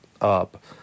up